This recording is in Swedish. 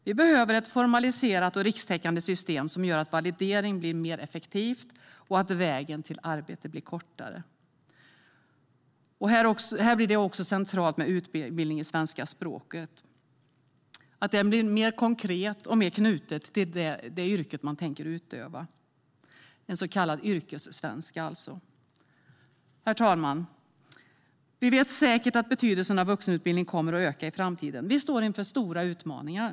Vi behöver ett formaliserat och rikstäckande system som gör att validering blir mer effektivt och att vägen till arbete blir kortare. Här blir det centralt med utbildning i svenska språket. Den måste bli mer konkret och mer knuten till det yrke man tänker utöva, en så kallad yrkessvenska. Herr talman! Vi vet säkert att betydelsen av vuxenutbildningen kommer att öka i framtiden. Vi står inför stora utmaningar.